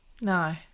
No